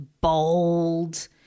bold